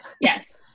yes